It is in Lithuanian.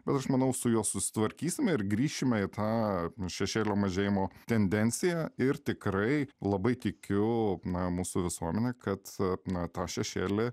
bet aš manau su juo susitvarkysime ir grįšime į tą šešėlio mažėjimo tendenciją ir tikrai labai tikiu na mūsų visuomene kad na tą šešėlį